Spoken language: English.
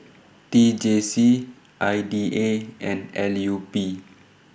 T J C I D A and L U P